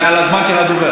זה על הזמן של הדובר.